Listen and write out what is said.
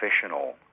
professional